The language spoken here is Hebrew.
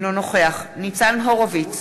אינו נוכח ניצן הורוביץ,